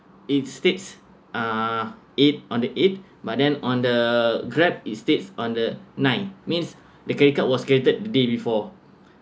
it states uh eighth on the eighth but then on the grab it states on the ninth means the credit card was created day before